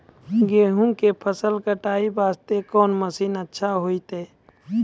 गेहूँ के फसल कटाई वास्ते कोंन मसीन अच्छा होइतै?